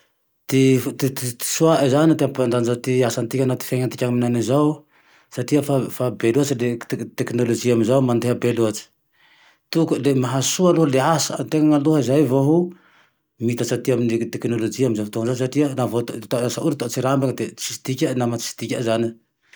Ty-ty soany zane ty hampandanja ty asa tikany naho ty fiainatikany henany zao satria fa be loatsy teknôlojia henane zao mandeha be loatsy, tokony le mahasoa aloha le asa antegna aloha zay vao ho miitasy amy teknôlojia amy zao fotoane izao satria laha vo atao, asa toa atao antsirambine lasa tsy misy dikane, namae tsy misy dikae zane